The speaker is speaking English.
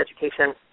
education